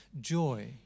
Joy